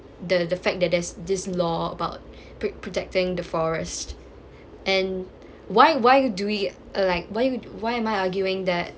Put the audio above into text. the the fact that there's this law about pro~ protecting the forest and why why do we like why why do we do why am I arguing that